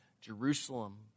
Jerusalem